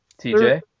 TJ